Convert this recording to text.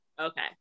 Okay